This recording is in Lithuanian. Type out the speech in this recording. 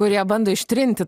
kurie bando ištrinti